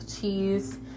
cheese